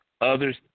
Others